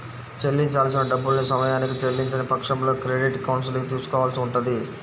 చెల్లించాల్సిన డబ్బుల్ని సమయానికి చెల్లించని పక్షంలో క్రెడిట్ కౌన్సిలింగ్ తీసుకోవాల్సి ఉంటది